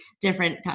different